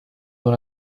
dans